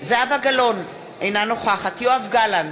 זהבה גלאון, אינה נוכחת יואב גלנט,